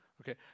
Okay